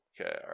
Okay